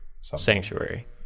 Sanctuary